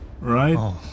right